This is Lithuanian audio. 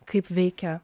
kaip veikia